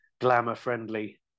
glamour-friendly